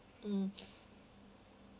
mm